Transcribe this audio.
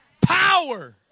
power